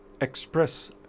express